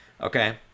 Okay